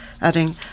adding